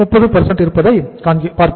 30 இருப்பதை பார்க்கிறோம்